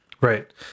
right